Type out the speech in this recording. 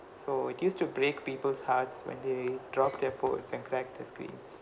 so it used to break people's hearts when they dropped their phones and crack their screens